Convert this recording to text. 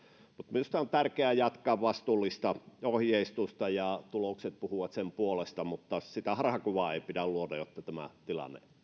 minusta on tärkeää jatkaa vastuullista ohjeistusta ja tulokset puhuvat sen puolesta mutta sitä harhakuvaa ei pidä luoda että tämä tilanne